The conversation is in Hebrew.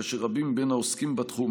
כאשר רבים מבין העוסקים בתחום,